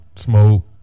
Smoke